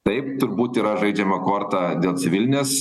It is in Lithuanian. taip turbūt yra žaidžiama korta dėl civilinės